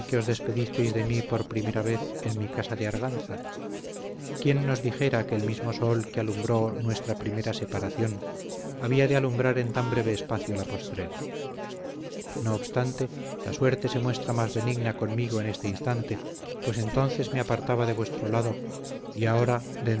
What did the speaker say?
despedisteis de mí por primera vez en mi casa de arganza quién nos dijera que el mismo sol que alumbró nuestra primera separación había de alumbrar en tan breve espacio la postrera no obstante la suerte se muestra más benigna conmigo en este instante pues entonces me apartaba de vuestro lado y ahora